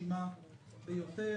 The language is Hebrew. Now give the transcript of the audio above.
מרשימה ביותר.